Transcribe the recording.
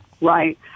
right